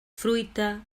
fruita